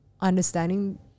understanding